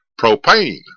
propane